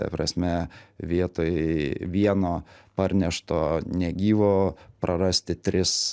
ta prasme vietoj vieno parnešto negyvo prarasti tris